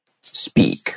speak